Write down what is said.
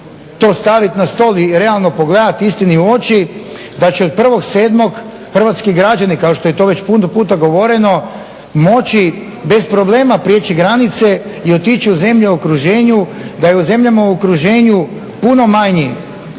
to staviti na stol i realno pogledati istini u oči da će od 1. 7. hrvatski građani, kao što je to već puno puta govoreno, moći bez problema prijeći granice i otići u zemlje u okruženju. Da je u zemljama u okruženju puno manji